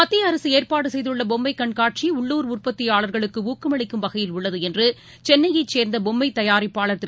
மத்திய அரசுஏற்பாடுசெய்துள்ளபொம்மைகண்காட்சி உள்ளூர் உற்பத்தியாளர்களுக்குஊக்கமளிக்கும் வகையில் உள்ளதுஎன்றுசென்னையைச் சேர்ந்தபொம்மைதயாரிப்பாளர் திரு